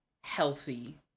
healthy